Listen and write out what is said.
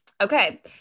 okay